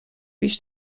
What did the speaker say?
پیش